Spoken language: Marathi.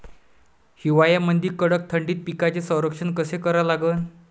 हिवाळ्यामंदी कडक थंडीत पिकाचे संरक्षण कसे करा लागन?